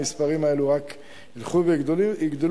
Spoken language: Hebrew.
המספרים האלה רק ילכו ויגדלו,